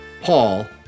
Paul